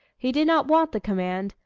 he did not want the command,